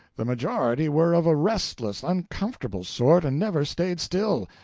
the majority were of a restless, uncomfortable sort, and never stayed still,